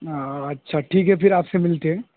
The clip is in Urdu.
او اچھا ٹھیک ہے پھر آپ سے ملتے ہیں